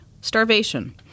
Starvation